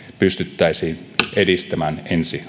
pystyttäisiin edistämään ensi